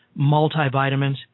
multivitamins